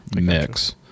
mix